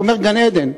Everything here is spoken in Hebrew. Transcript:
הוא אומר: גן-עדן.